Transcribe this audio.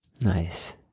Nice